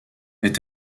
est